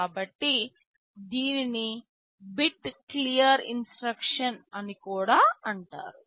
కాబట్టి దీనిని bit clear instruction అని కూడా అంటారు